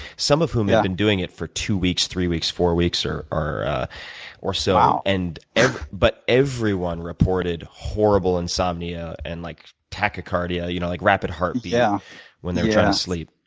some of whom had been doing it for two weeks, three weeks, four weeks or or so. wow. and but everyone reported horrible insomnia and, like, tachycardia, you know like, rapid heartbeat yeah when they were trying to sleep.